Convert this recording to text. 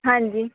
ਹਾਂਜੀ